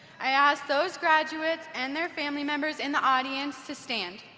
i ask those graduates and their family members in the audience to stand.